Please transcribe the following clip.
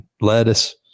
lettuce